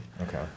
Okay